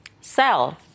sell